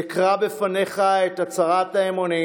אקרא בפניך את הצהרת האמונים